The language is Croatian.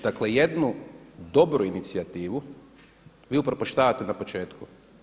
Dakle jednu dobru inicijativu vi upropaštavate na početku.